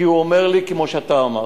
כי הוא אומר לי כמו שאתה אמרת,